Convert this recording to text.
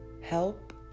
help